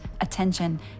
attention